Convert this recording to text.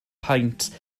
paent